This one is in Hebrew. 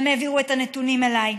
הם העבירו את הנתונים אליי.